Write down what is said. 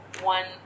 one